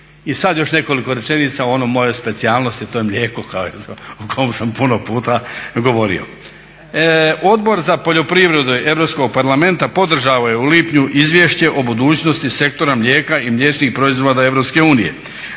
I sad još nekoliko rečenica o onoj mojoj specijalnosti, a to je mlijeko o kom sam puno puta govorio. Odbor za poljoprivredu Europskog parlamenta podržao je u lipnju izvješće o budućnosti Sektora mlijeka i mliječnih proizvoda EU, revizija